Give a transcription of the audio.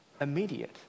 immediate